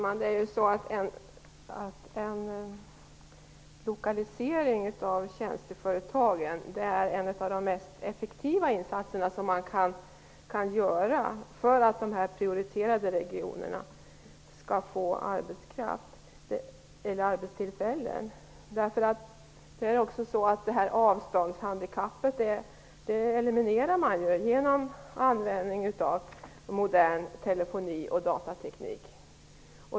Fru talman! En lokalisering av tjänsteföretagen är en av de mest effektiva insatser man kan göra för att de prioriterade regionerna skall få arbetstillfällen. Avståndshandikappet eliminerar man genom användning av modern telefoni och datateknik.